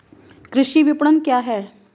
कृषि विपणन क्या है?